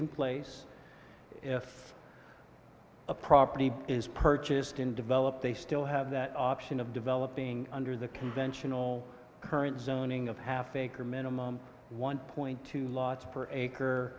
in place if a property is purchased in developed they still have that option of developing under the conventional current zoning of half acre minimum one point two loss for acre